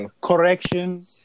correction